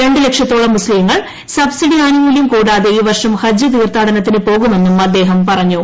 രണ്ട് ലക്ഷത്തോളം മുസ്ലീങ്ങൾ സബ്സിഡി ആനുകൂല്യം കൂടാതെ ഈ വർഷം ഹജ്ജ് തീർത്ഥാടനത്തിന് പോകുമെന്നും അദ്ദേഹം പറഞ്ഞു